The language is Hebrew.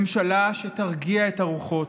ממשלה שתרגיע את הרוחות,